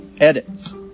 edits